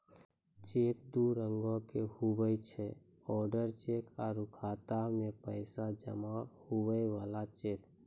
cheque दू रंगोके हुवै छै ओडर चेक आरु खाता मे पैसा जमा हुवै बला चेक